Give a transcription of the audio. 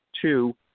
two